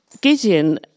Gideon